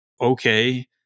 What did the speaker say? okay